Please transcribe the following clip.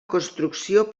construcció